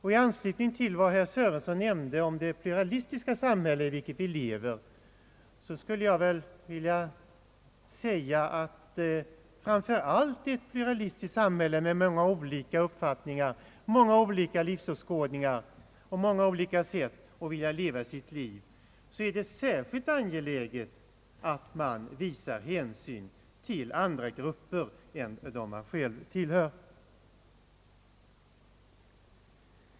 I anslutning till vad herr Sörenson nämnde om det pluralistiska samhälle i vilket vi lever skulle jag vilja säga att framför allt i ett pluralistiskt samhälle med många olika uppfattningar, många olika livsåskådningar och många olika sätt att leva sitt liv är det särskilt angeläget att man visar hänsyn till andra grupper än den man själv tillhör.